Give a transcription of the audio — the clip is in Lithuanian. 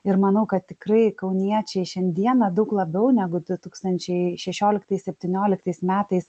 ir manau kad tikrai kauniečiai šiandieną daug labiau negu du tūkstančiai šešioliktais septynioliktais metais